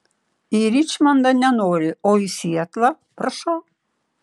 į ričmondą nenori o į sietlą prašau